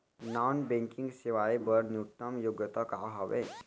Non banking सेवाएं बर न्यूनतम योग्यता का हावे?